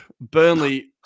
Burnley